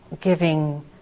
giving